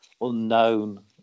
unknown